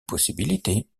possibilités